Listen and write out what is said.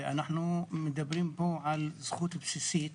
ואנחנו מדברים פה על זכות בסיסית